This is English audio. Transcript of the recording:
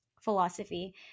philosophy